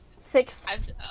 Six